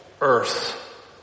earth